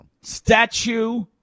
Statue